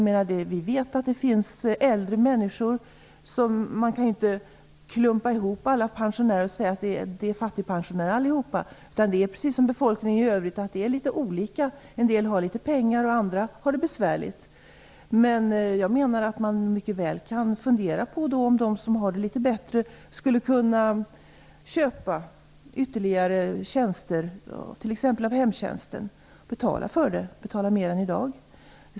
Man kan ju inte klumpa ihop alla pensionärer och säga att de är fattigpensionärer allihop. Det är precis som för befolkningen i övrigt: en del har pengar, medan andra har det besvärligt. Man kan mycket väl fundera över om de som har det litet bättre skulle kunna köpa ytterligare tjänster, t.ex. av hemtjänsten, och betala litet mer än i dag.